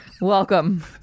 Welcome